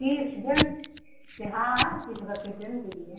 तीस दिन ते हाँ तीस बत्तीस दिन दीजिए